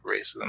racism